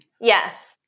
Yes